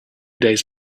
days